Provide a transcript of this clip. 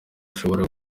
ashobora